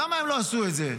למה הם לא עשו את זה?